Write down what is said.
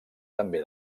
també